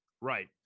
Right